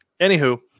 Anywho